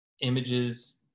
images